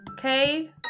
Okay